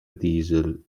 diesel